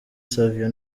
savio